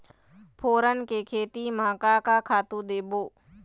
फोरन के खेती म का का खातू देबो?